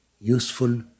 useful